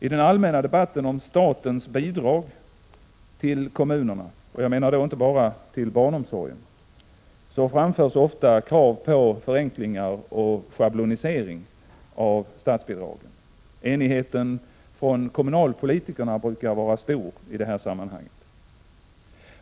I den allmänna debatten om statens bidrag till kommunerna — och jag menar då inte bara till barnomsorgen — framförs ofta krav på förenklingar och schablonisering av bidragen. Enigheten bland kommunalpolitikerna brukar vara stor i det sammanhanget.